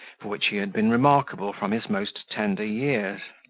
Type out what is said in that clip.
for which he had been remarkable from his most tender years.